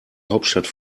hauptstadt